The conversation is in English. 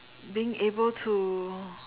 being able to